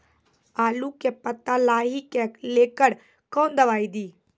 आलू के पत्ता लाही के लेकर कौन दवाई दी?